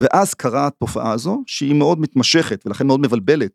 ואז קרה התופעה הזו שהיא מאוד מתמשכת ולכן מאוד מבלבלת.